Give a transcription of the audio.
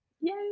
Yay